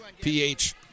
PH